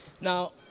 Now